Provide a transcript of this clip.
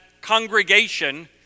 congregation